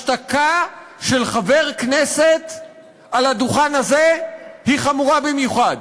השתקה של חבר כנסת על הדוכן הזה היא חמורה במיוחד.